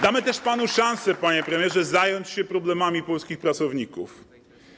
Damy też panu szansę, panie premierze, żeby zajął się pan problemami polskich pracowników.